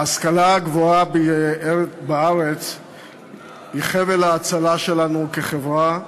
ההשכלה הגבוהה בארץ היא חבל ההצלה שלנו כחברה,